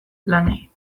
lanei